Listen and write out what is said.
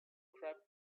crab